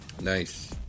Nice